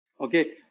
Okay